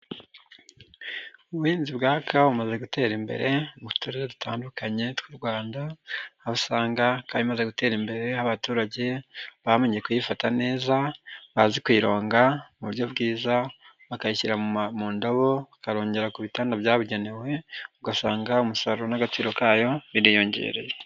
Ubuhinzi bwaka bumaze gutera imbere mu turere dutandukanye tw'u Rwanda, aho usanga kawa imaze gutera imbere, abaturage bamenye kuyifata neza, bazi kuyironga mu buryo bwiza, bakayishyira mu ndabo, bakarongera ku bitanda byabugenewe, ugasanga umusaruro n'agaciro kayo biriyongereye.